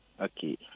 Okay